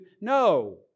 No